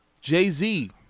Jay-Z